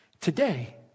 Today